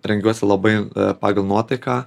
rengiuosi labai pagal nuotaiką